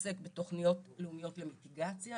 עוסק בתוכניות לאומיות למיטיגציה,